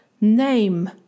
name